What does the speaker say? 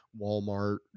Walmart